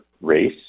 race